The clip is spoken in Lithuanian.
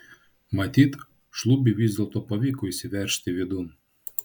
matyt šlubiui vis dėlto pavyko įsiveržti vidun